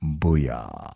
Booyah